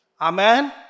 Amen